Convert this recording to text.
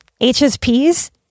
HSPs